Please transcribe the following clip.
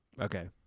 Okay